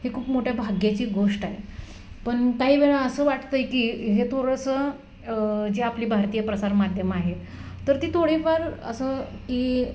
हे खूप मोठ्या भाग्याची गोष्ट आहे पण काही वेळा असं वाटतं आहे की हे थोडंसं जे आपली भारतीय प्रसारमाध्यम आहे तर ती थोडीफार असं की